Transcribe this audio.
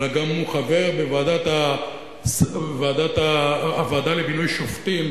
אלא הוא גם חבר בוועדה למינוי שופטים,